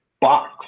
box